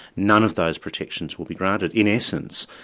none of those protections will be granted. in essence,